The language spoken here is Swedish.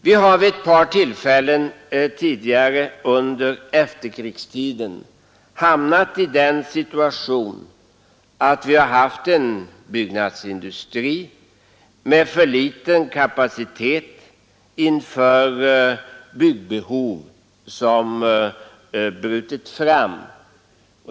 Vi har vid ett par tillfällen förut under efterkrigstiden hamnat i den situationen att vi haft en byggnadsindustri med för liten kapacitet inför byggbehov som brutit fram.